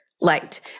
light